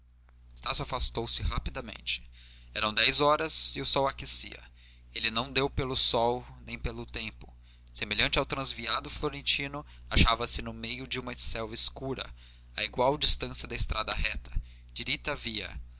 amiga estácio afastou-se rapidamente eram dez horas e o sol aquecia ele não deu pelo sol nem pelo tempo semelhante ao transviado florentino achava-se no meio de uma selva escura a igual distância da estrada reta diritta via